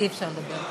אי-אפשר לדבר.